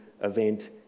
event